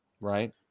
Right